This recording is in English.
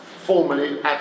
formally